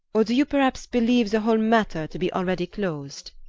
or do you perhaps believe the whole matter to be already closed?